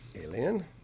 Alien